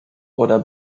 oder